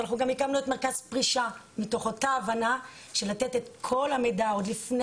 הקמנו גם את מרכז פרישה מתוך אותה הבנה של לתת את כל המידע עוד לפני